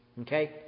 Okay